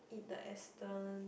eat the Astons